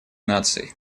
наций